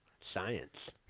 Science